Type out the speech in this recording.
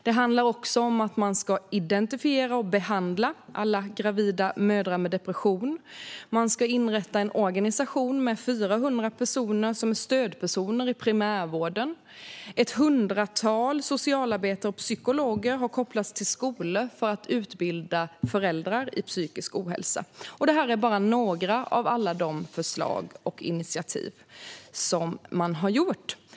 Det handlar också om att man ska identifiera och behandla alla gravida mödrar med depression, att man ska inrätta en organisation med 400 stödpersoner i primärvården och att ett hundratal socialarbetare och psykologer har kopplats till skolorna för att utbilda föräldrar i psykisk hälsa. Detta är bara några av de förslag och initiativ som finns.